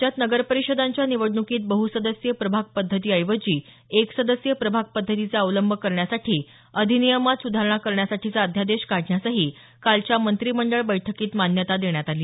राज्यात नगरपरिषदांच्या निवडणुकीत बहुसदस्यीय प्रभाग पद्धती ऐवजी एक सदस्यीय प्रभाग पद्धतीचा अवलंब करण्यासाठी अधिनियमात सुधारणा करण्यासाठीचा अध्यादेश काढण्यासही कालच्या मंत्रिमंडळ बैठकीत मान्यता देण्यात आली